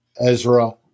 Ezra